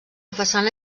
façana